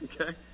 okay